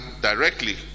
directly